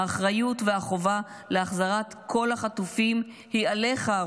האחריות והחובה להחזרת כל החטופים היא עליך,